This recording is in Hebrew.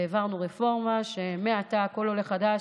והעברנו רפורמה שמעתה כל עולה חדש,